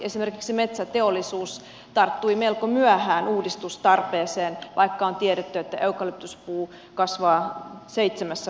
esimerkiksi metsäteollisuus tarttui melko myöhään uudistustarpeeseen vaikka on tiedetty että eukalyptuspuu kasvaa seitsemässä vuodessa